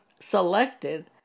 selected